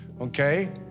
okay